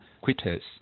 quitters